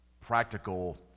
practical